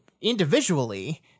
individually